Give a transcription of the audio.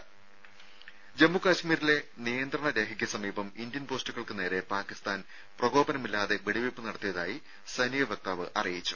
രും ജമ്മു കശ്മീരിലെ നിയന്ത്രണ രേഖയ്ക്ക് സമീപം ഇന്ത്യൻ പോസ്റ്റുകൾക്ക് നേരെ പാക്കിസ്ഥാൻ പ്രകോപനമില്ലാതെ വെടിവെയ്പ് നടത്തിയതായി സൈനിക വക്താവ് അറിയിച്ചു